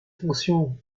fonctions